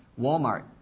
Walmart